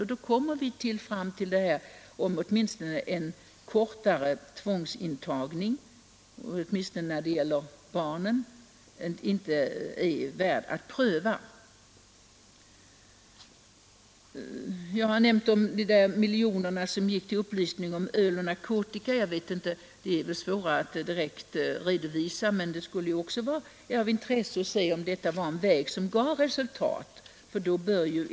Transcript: Och då menar jag att vi ändå kommer fram till frågan huruvida inte en kortare tvångsintagning vore värd att pröva, i varje fall när det gäller barnen. Jag har också nämnt de miljoner som gått till upplysning mot bruk av öl och narkotika. Det är säkerligen svårt att direkt redovisa några resultat av den verksamheten, men det skulle onekligen vara av stort intresse att se om man kan nå några resultat på den vägen.